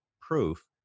proof